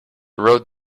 wrote